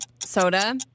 Soda